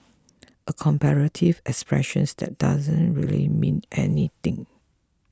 a comparative expression that doesn't really mean anything